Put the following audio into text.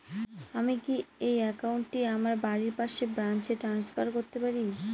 আমি কি এই একাউন্ট টি আমার বাড়ির পাশের ব্রাঞ্চে ট্রান্সফার করতে পারি?